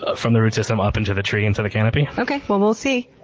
ah from the root system up into the tree, into the canopy. okay. well, we'll see.